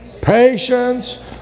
Patience